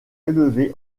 élevée